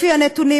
לפי הנתונים,